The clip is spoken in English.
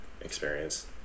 experience